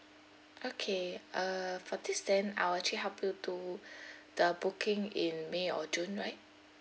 okay uh for this then I will actually help you to the booking in may or june right